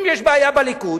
אם יש בעיה בליכוד,